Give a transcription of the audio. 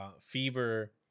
Fever